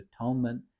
atonement